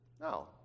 No